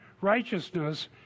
righteousness